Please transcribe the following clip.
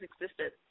existed